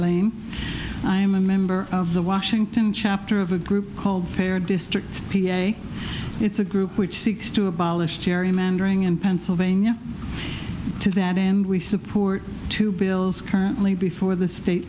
lane i'm a member of the washing chapter of a group called fair districts p a it's a group which seeks to abolish gerrymandering and pennsylvania to that and we support two bills currently before the state